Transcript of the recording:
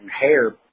hair